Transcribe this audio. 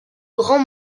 grand